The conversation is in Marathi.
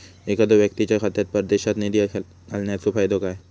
एखादो व्यक्तीच्या खात्यात परदेशात निधी घालन्याचो फायदो काय?